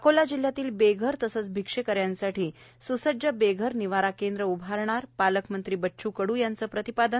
अकोला जिल्ह्यातील बेघर तसेच भिक्षेकरीसाठी स्सज्ज बेघर निवारा केंद्र उभारणार पालकमंत्री बच्चू कडू यांचं प्रतिपादन